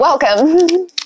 welcome